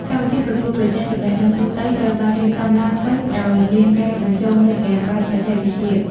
កម្មវិធីប្រកួតប្រជែងចំណេះដឹងទូទៅត្រូវបានរៀបចំឡើងវិញដោយមានការបញ្ចូលនូវហ្គេមបែបបច្ចេកវិទ្យា។